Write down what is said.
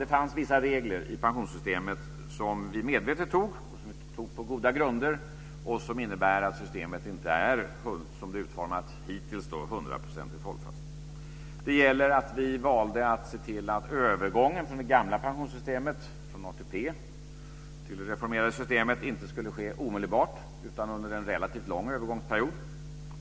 Det fanns vissa regler i pensionssystemet som vi medvetet och på goda grunder antog som innebär att systemet som det är utformat hittills inte är hundraprocentigt hållfast. Vi valde att se till att övergången från den gamla pensionssystemet - från ATP - till det reformerade systemet inte skulle ske omedelbart utan under en relativt lång period.